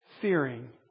fearing